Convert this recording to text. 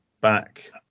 back